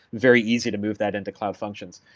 very easy to move that into cloud functions.